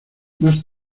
más